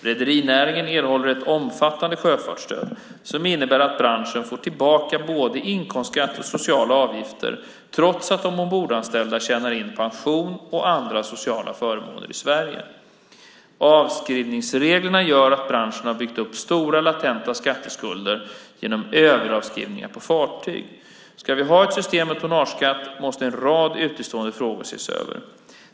Rederinäringen erhåller ett omfattande sjöfartsstöd, som innebär att branschen får tillbaka både inkomstskatt och sociala avgifter trots att de ombordanställda tjänar in pension och andra sociala förmåner i Sverige. Avskrivningsreglerna gör att branschen har byggt upp stora latenta skatteskulder genom överavskrivningar på fartyg. Ska vi ha ett system med tonnageskatt måste en rad utestående frågor ses över.